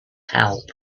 help